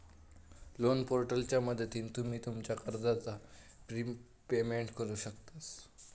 loan पोर्टलच्या मदतीन तुम्ही तुमच्या कर्जाचा प्रिपेमेंट करु शकतास